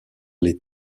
les